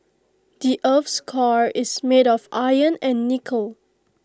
the Earth's core is made of iron and nickel